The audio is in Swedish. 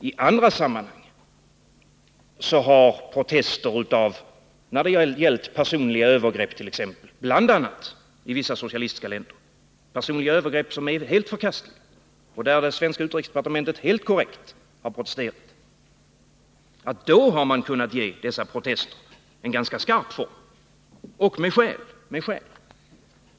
I andra sammanhang har han kunnat ge sina protester mot personliga övergrepp, bl.a. i vissa socialistiska länder, en ganska skarp form, och med skäl — det har gällt personliga övergrepp som är helt förkastliga och där det svenska utrikesdepartementet helt korrekt har protesterat.